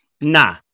Nah